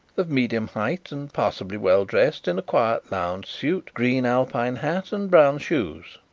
of medium height, and passably well dressed in a quiet lounge suit, green alpine hat and brown shoes.